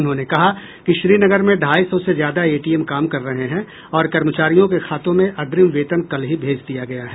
उन्होंने कहा कि श्रीनगर में ढाई सौ से ज्यादा एटीएम काम कर रहे हैं और कर्मचारियों के खातों में अग्रिम वेतन कल ही भेज दिया गया है